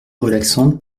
relaxante